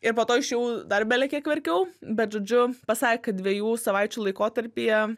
ir po to išėjau dar belekiek verkiau bet žodžiu pasakė kad dviejų savaičių laikotarpyje